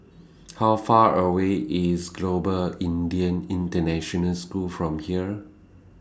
How Far away IS Global Indian International School from here